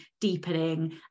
deepening